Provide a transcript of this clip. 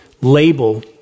label